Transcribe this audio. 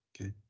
okay